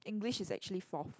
English is actually forth